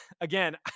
again